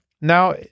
now